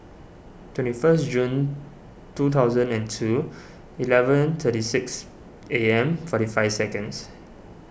twenty first June two thousand and two eleven thirty six A M forty five seconds